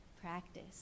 practice